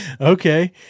Okay